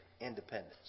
independence